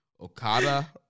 Okada